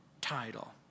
title